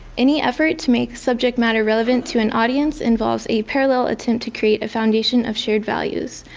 any effort to make subject matter relevant to an audience involves a parallel attempt to create a foundation of shared values.